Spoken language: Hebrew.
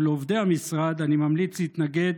ולעובדי המשרד אני ממליץ להתנגד